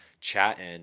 chatting